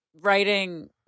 writing